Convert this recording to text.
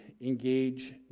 engage